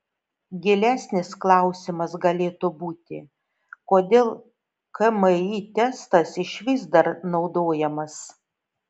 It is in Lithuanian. gilesnis klausimas galėtų būti kodėl kmi testas išvis dar naudojamas